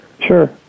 Sure